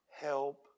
help